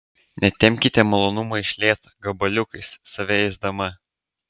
netempkite malonumo iš lėto gabaliukais save ėsdama